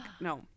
No